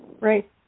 Right